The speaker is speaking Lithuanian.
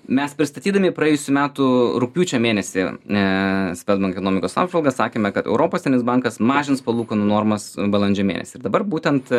mes pristatydami praėjusių metų rugpjūčio mėnesį ne svedbank ekonomikos apžvalgas sakėme kad europos bankas mažins palūkanų normas balandžio mėnesį ir dabar būtent